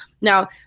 Now